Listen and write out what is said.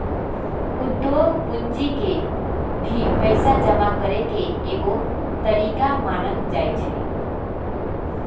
उद्योग पूंजी के भी पैसा जमा करे के एगो तरीका मानल जाई छई